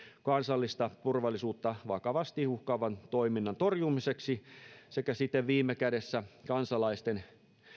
kansallista turvallisuutta vakavasti uhkaavan toiminnan torjumiseksi sekä siten viime kädessä kansalaisten